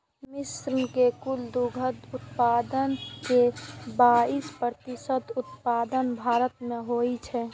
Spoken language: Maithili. विश्व के कुल दुग्ध उत्पादन के बाइस प्रतिशत उत्पादन भारत मे होइ छै